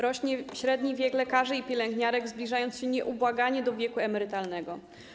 Rośnie średni wiek lekarzy i pielęgniarek, zbliżając się nieubłaganie do wieku emerytalnego.